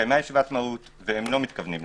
התקיימה פגישת מהו"ת והם לא רוצים להמשיך.